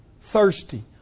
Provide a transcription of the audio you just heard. thirsty